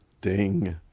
ding